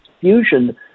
fusion